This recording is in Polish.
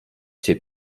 cię